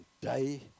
day